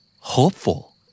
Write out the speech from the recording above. Hopeful